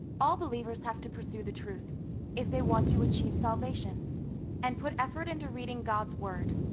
all believers have to pursue the truth if they want to achieve salvation and put effort into reading god's word,